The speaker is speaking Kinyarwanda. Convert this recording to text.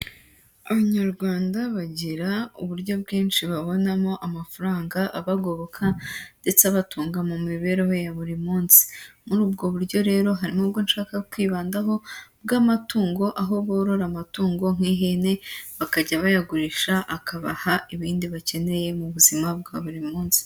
Abanyarwanda bagira uburyo bwinshi babonamo amafaranga abagoboka ndetse abatunga mu mibereho ya buri munsi, muri ubwo buryo rero hari ubwo nshaka kwibandaho bw'amatungo aho borora amatungo nk'ihene bakajya bayagurisha akabaha ibindi bakeneye mu buzima bwa buri munsi.